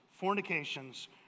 fornications